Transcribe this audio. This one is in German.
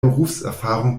berufserfahrung